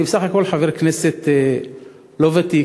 אני בסך הכול חבר כנסת לא ותיק,